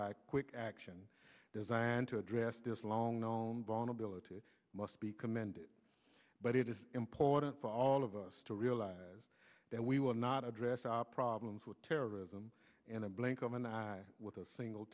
a quick action designed to address this long known vulnerability must be commended but it is important for all of us to realize that we will not address our problems with terrorism in a blink of an eye with a single